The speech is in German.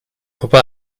puppe